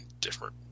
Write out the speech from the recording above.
different